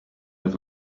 have